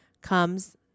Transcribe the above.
comes